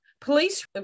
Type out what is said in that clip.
Police